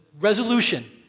resolution